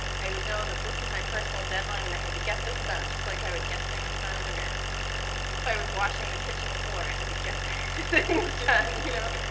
i would know that this is my personal deadline and i had to get this done, just like i would get things done in americorps. or if i was washing the kitchen floor, i had to get things done, you know.